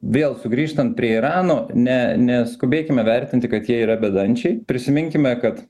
vėl sugrįžtant prie irano ne neskubėkime vertinti kad jie yra bedančiai prisiminkime kad